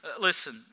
listen